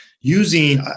using